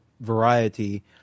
Variety